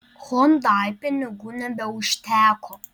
hondai pinigų nebeužteko